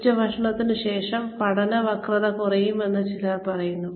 ഉച്ചഭക്ഷണത്തിന് ശേഷം പഠന വക്രത കുറയുമെന്ന് ചിലർ പറയുന്നു